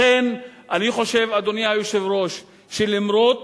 לכן אני חושב, אדוני היושב-ראש, שלמרות